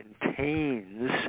contains